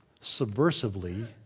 subversively